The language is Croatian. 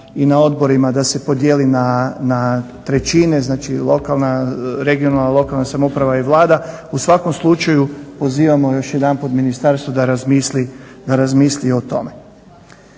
i na odborima da se podijeli na trećine, znači regionalna i lokalna samouprava i Vlada. U svakom slučaju pozivamo još jedanput ministarstvo da razmisli o tome.